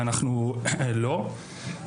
ואנחנו לא.